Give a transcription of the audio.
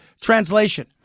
Translation